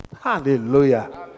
Hallelujah